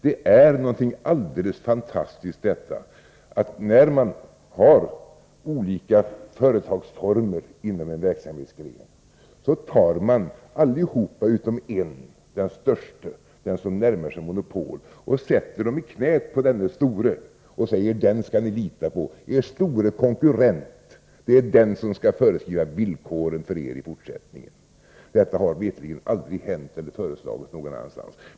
Det är någonting alldeles fantastiskt att när man har olika företagsformer inom en verksamhetsgren tar man allihop utom en, den störste som närmar sig monopol, och sätter dem i knät på denne store och säger: Den skall ni lita på! Er store konkurrent skall föreskriva villkoren för er i fortsättningen. Detta har veterligen aldrig hänt eller föreslagits någon annanstans.